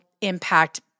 impact